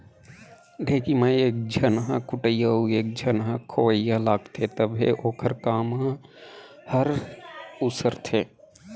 ढेंकी म एक झन ह कुटइया अउ एक झन खोवइया लागथे तभे ओखर काम हर उसरथे